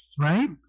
right